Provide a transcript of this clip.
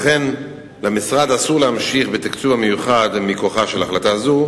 לכן למשרד אסור להמשיך בתקצוב המיוחד מכוחה של החלטה זו,